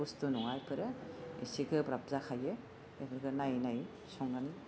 बुस्थु नङा बेफोरो एसे गोब्राब जाखायो बेफोरखो नायै नायै संनानै